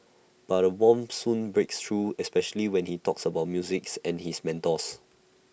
but A warmth soon breaks through especially when he talks about music and his mentors